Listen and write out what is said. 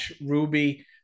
Ruby